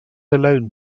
alone